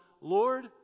Lord